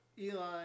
Eli